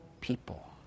people